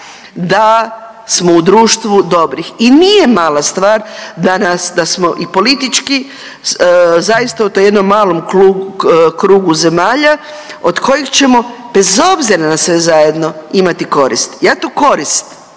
da smo u društvu dobrih i nije mala stvar da nas, da smo i politički zaista u tom jednom malom krugu zemalja od kojih ćemo bez obzira na sve zajedno imati korist. Ja tu korist